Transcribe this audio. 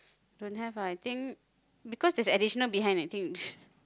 don't have lah I think because there's additional behind I think